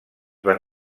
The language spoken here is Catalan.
van